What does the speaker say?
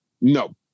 No